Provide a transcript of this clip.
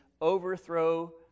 overthrow